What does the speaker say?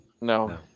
No